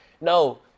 no